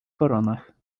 koronach